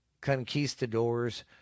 conquistadors